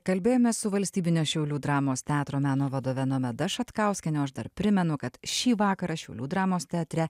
kalbėjomės su valstybinio šiaulių dramos teatro meno vadove nomeda šatkauskiene o aš dar primenu kad šį vakarą šiaulių dramos teatre